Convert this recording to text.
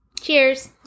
Cheers